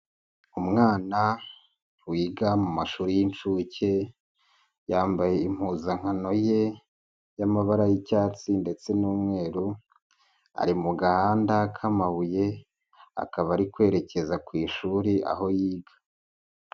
Umwana wiga mu mashuri y'inshuke, yambaye impuzankano ye y'amabara y'icyatsi ndetse n'umweru ari mu gahanda k'amabuye, akaba ari kwerekeza ku ishuri aho yiga.